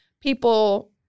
people